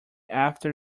after